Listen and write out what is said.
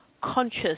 conscious